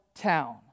town